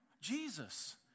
Jesus